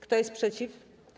Kto jest przeciw?